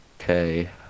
Okay